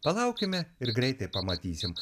palaukime ir greitai pamatysim